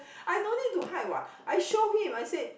I no need to hide what I show him I said